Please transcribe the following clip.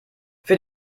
für